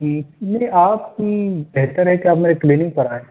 جی یہ آپ کی بہتر ہے کہ آپ میرے کلینک پر آئیں